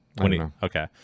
okay